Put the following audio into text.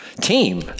team